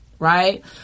Right